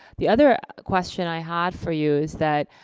the other question i had for you is that,